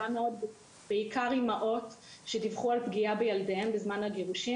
בעיקר אימהות שדיווחו על פגיעה בילדיהן בזמן הגירושין,